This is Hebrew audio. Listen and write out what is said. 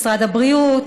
משרד הבריאות,